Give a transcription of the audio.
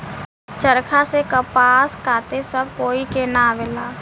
चरखा से कपास काते सब कोई के ना आवेला